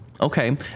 Okay